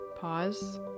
Pause